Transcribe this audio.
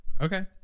Okay